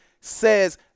says